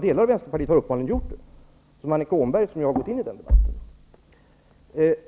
Delar av Vänsterpartiet har uppenbarligen gjort det, som Annika Åhnberg, som ju har gått in i den debatten.